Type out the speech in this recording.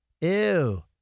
Ew